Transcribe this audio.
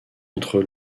entre